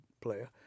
player